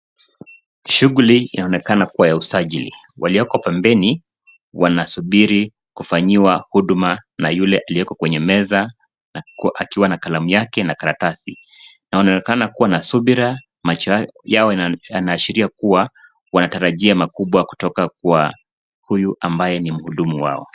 Shughuli yaonekana kuwa ya usajili. Walioko pembeni wanasuburi kufanyiwa huduma na yule aliyoko kwenye meza akiwa na kalamu yake na karatasi. Inaonekana kuwa na subira macho yao yanaashiria kuwa wanatarajia makubwa kutoka kwa huyu ambaye ni mhudumu wao.